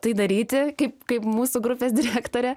tai daryti kaip kaip mūsų grupės direktorė